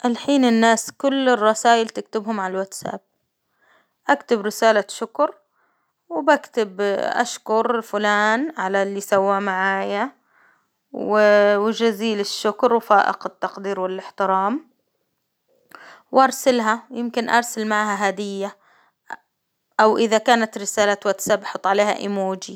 الحين الناس كل الرسايل تكتبهم على الواتساب، أكتب رسالة شكر، وبكتب اه أشكر فلان على اللي سواه معايا، و- وجزيل الشكر وفائق التقدير والإحترام، وأرسلها يمكن أرسل معها هدية، أو إذا كانت رسالة واتساب أحط عليها إيموجي.